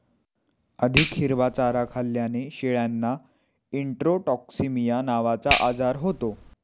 अधिक हिरवा चारा खाल्ल्याने शेळ्यांना इंट्रोटॉक्सिमिया नावाचा आजार होतो